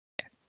Yes